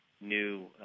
new